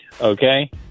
okay